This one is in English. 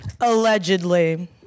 Allegedly